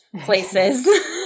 places